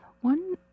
one